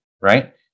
right